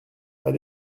pas